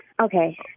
Okay